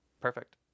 Perfect